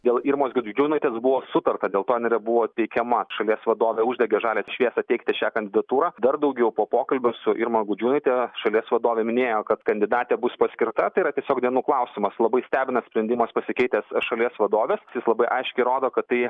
dėl irmos guždžiūnaitės buvo sutarta dėl jin ir buvo teikiama šalies vadovė uždegė žalią šviesą teikti šią kandidatūrą dar daugiau po pokalbio su irma gudžiūnaite šalies vadovė minėjo kad kandidatė bus paskirta tai yra tiesiog dienų klausimas labai stebina sprendimas pasikeitęs šalies vadovės jis labai aiškiai rodo kad tai